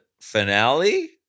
finale